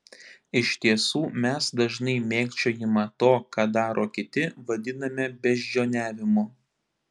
iš tiesų mes dažnai mėgdžiojimą to ką daro kiti vadiname beždžioniavimu